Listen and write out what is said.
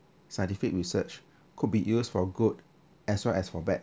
scientific research could be used for good as well as for bad